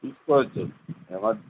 తీసుకోవచ్చు ఎవర్